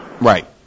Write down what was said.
Right